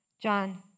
John